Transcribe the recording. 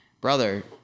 brother